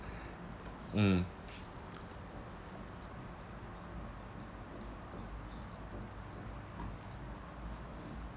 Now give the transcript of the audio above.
mm